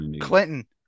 Clinton